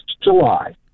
July